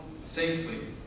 safely